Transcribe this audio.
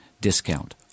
discount